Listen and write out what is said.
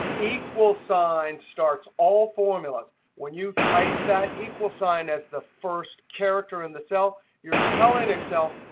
equal sign starts all formulas. when you type that equal sign as the first character in the cell, you're telling excel,